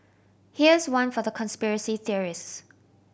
here's one for the conspiracy theorists